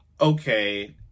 Okay